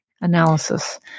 analysis